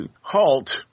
halt